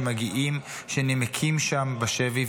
שנמקים שם בשבי,